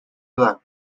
other